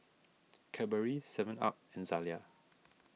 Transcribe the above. Cadbury Seven Up and Zalia